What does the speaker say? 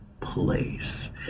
place